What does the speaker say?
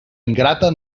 ingrata